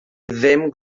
ddim